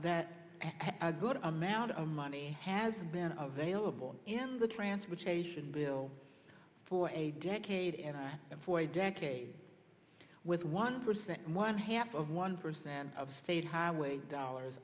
that a good amount of money has been of vailable in the transportation bill for a decade and for a decade with one percent and one half of one percent of state highway dollars